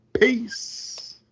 Peace